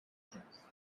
definitions